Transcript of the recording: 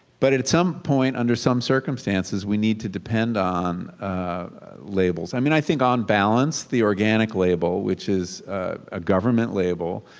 but at at some point under some circumstances we need to depend on labels. i mean i think on balance the organic label, which is a government label